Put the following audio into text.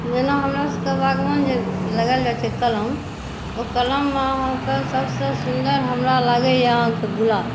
जेना हमरा सभके बागमे जहन लगायल जाइ छै कलम ओ कलममे अहाँके सभसे सुन्दर हमरा लागैया अहाँके गुलाब